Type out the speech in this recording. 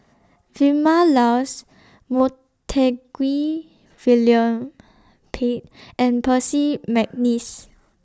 Vilma Laus Montague William Pett and Percy Mcneice